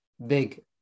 big